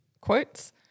quotes